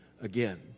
again